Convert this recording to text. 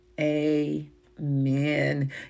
amen